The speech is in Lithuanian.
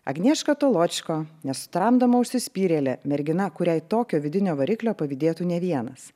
agnieška toločko nesutramdoma užsispyrėlė mergina kuriai tokio vidinio variklio pavydėtų ne vienas